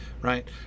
right